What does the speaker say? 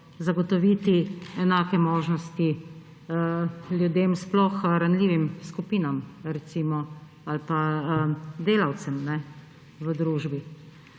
zagotoviti enake možnost ljudem, sploh recimo ranljivim skupinam ali pa delavcem v družbi.